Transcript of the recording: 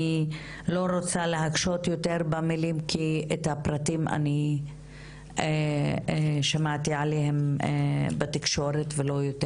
אני לא רוצה להקשות יותר במילים כי את הפרטים שמעתי בתקשורת ולא יותר.